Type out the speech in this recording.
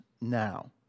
now